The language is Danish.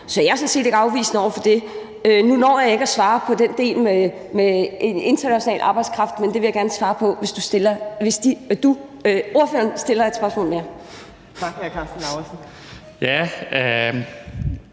Så jeg er sådan set ikke afvisende over for det. Nu når jeg ikke at svare på den del med international arbejdskraft, men det vil jeg gerne svare på, hvis spørgeren stiller et spørgsmål mere.